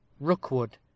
Rookwood